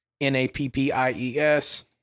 N-A-P-P-I-E-S